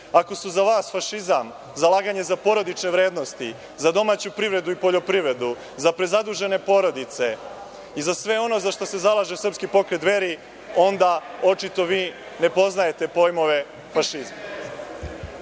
su za vas fašizam zalaganje za porodične vrednosti, za domaću privredu i poljoprivredu, za prezadužene porodice i za sve ono za šta se zalaže Srpski pokret „Dveri“, onda očito vi ne poznajete pojam fašizma.